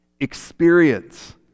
experience